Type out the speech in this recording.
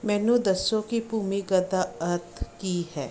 ਮੈਨੂੰ ਦੱਸੋ ਕਿ ਭੂਮੀਗਤ ਦਾ ਅਰਥ ਕੀ ਹੈ